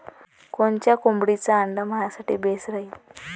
कोनच्या कोंबडीचं आंडे मायासाठी बेस राहीन?